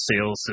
sales